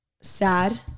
sad